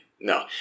No